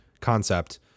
Concept